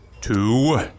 two